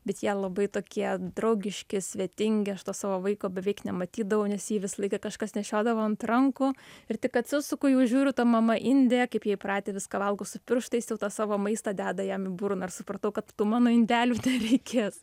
bet jie labai tokie draugiški svetingi aš to savo vaiko beveik nematydavau nes jį visą laiką kažkas nešiodavo ant rankų ir tik atsisuku jau žiūriu ta mama indė kaip jie įpratę viską valgo su pirštais jau tą savo maistą deda jam į burną ir supratau kad tų mano indelių nereikės